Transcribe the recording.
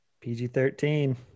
PG-13